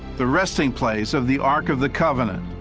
the resting place of the ark of the covenant.